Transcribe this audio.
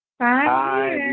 Hi